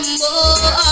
more